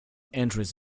entries